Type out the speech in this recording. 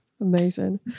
amazing